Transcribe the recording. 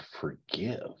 forgive